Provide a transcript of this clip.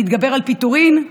להתגבר על פיטורים,